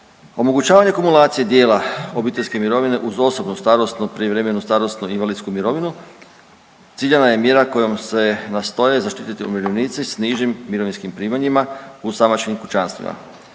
omogućavanje kumulacije dijela obiteljske mirovine uz osobnu starosnu, prijevremenu starosnu i invalidsku mirovinu, ciljana je mjera kojom se nastoje zaštiti umirovljenici s nižim mirovinskim primanjima u samačkim kućanstvima.